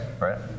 right